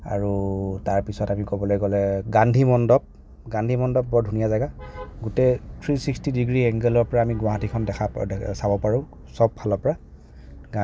আৰু তাৰপিছত আমি ক'বলে গ'লে গান্ধী মণ্ডপ গান্ধী মণ্ডপ এটা ধুনীয়া জেগা গোটেই থ্ৰী ছিক্সটি ডিগ্ৰী এংগুলৰ পৰা আমি গুৱাহাটীখন দেখা চাব পাৰোঁ চব ফালৰ পৰা